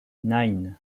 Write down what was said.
nine